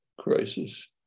crisis